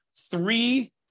three